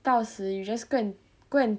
到时 you just go and go and